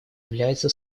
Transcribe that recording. является